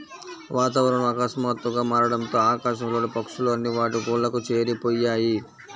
వాతావరణం ఆకస్మాతుగ్గా మారడంతో ఆకాశం లోని పక్షులు అన్ని వాటి గూళ్లకు చేరిపొయ్యాయి